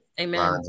Amen